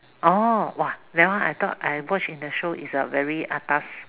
orh !wah! that one I thought I watch in the show is very atas